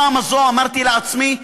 הפעם הזאת אמרתי לעצמי,